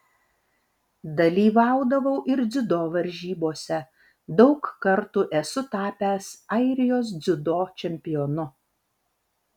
dalyvaudavau ir dziudo varžybose daug kartų esu tapęs airijos dziudo čempionu